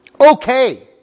okay